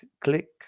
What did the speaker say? click